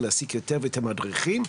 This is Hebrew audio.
ולהעסיק יותר ויותר מדריכים,